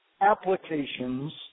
applications